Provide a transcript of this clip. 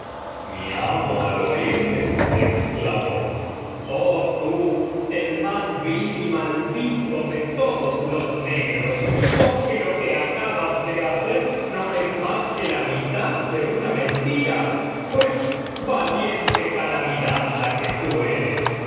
mi amo al oirme exclamó oh tú el más vil y maldito de todos los negros conque lo que acabas de hacer no es mas que la mitad ele una mentira pues valiente calamidad la que tú eres